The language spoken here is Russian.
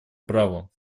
правом